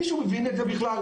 מישהו מבין את זה בכלל?